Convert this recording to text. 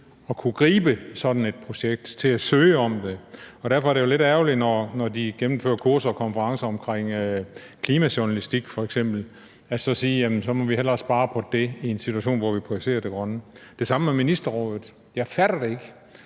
at kunne gribe et sådant projekt og til at søge om det. Derfor er det jo lidt ærgerligt, når de gennemfører kurser og konferencer om f.eks. klimajournalistik, at man så siger, at man hellere må spare på det – i en situation, hvor vi kunne have adresseret det grønne. Det er det samme med ministerrådet. Jeg fatter det ikke.